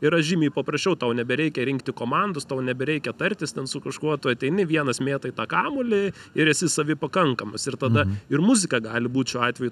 yra žymiai paprasčiau tau nebereikia rinkti komandos tau nebereikia tartis su kažkuo tu ateini vienas mėtai tą kamuolį ir esi savi pakankamas ir tada ir muzika gali būt šiuo atveju